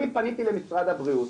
אני פניתי למשרד הבריאות,